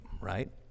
right